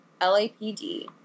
LAPD